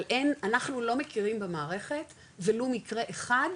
אבל אין, אנחנו לא מכירים במערכת ולו מקרה אחד,